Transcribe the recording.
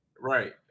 right